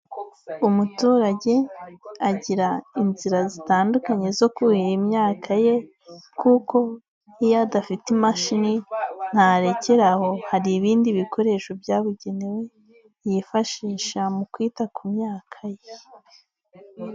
Umuturage agira inzira zitandukanye zo kuhira imyaka ye kuko iyo adafite imashini ntarekeraho hari ibindi bikoresho byabugenewe yifashisha mu kwita ku myaka ye.